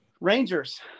Rangers –